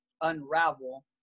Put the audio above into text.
unravel